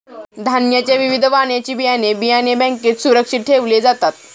धान्याच्या विविध वाणाची बियाणे, बियाणे बँकेत सुरक्षित ठेवले जातात